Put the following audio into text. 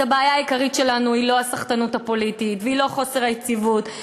אז הבעיה העיקרית שלנו היא לא הסחטנות הפוליטית והיא לא חוסר היציבות.